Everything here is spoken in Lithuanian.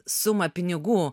sumą pinigų